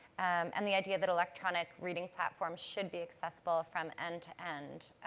and the idea that electronic reading platforms should be accessible from end to end.